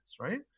right